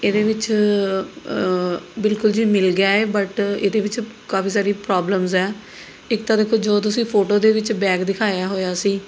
ਇਹਦੇ ਵਿੱਚ ਬਿਲਕੁਲ ਜੀ ਮਿਲ ਗਿਆ ਹੈ ਬਟ ਇਹਦੇ ਵਿੱਚ ਕਾਫੀ ਸਾਰੀ ਪ੍ਰੋਬਲਮਸ ਹੈ ਇੱਕ ਤਾਂ ਦੇਖੋ ਜੋ ਤੁਸੀਂ ਫੋਟੋ ਦੇ ਵਿੱਚ ਬੈਗ ਦਿਖਾਇਆ ਹੋਇਆ ਸੀ